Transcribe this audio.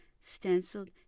stenciled